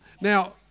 Now